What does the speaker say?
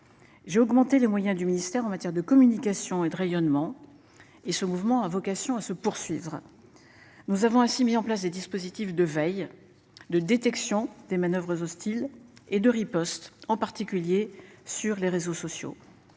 vais augmenter les moyens du ministère en matière de communication et de rayonnement. Et ce mouvement a vocation à se poursuivre. Nous avons ainsi mis en place des dispositifs de veille de détection des manoeuvres hostiles et de riposte en particulier sur les réseaux sociaux.